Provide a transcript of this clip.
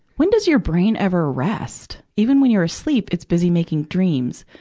when does your brain ever rest? even when you're asleep, it's busy making dreams.